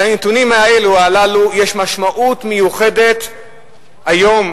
לנתונים הללו יש משמעות מיוחדת היום,